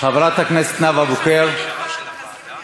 חברת הכנסת נאוה בוקר איננה.